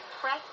press